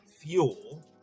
fuel